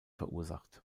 verursacht